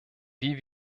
wir